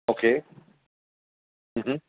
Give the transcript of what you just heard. okay